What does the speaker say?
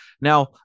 Now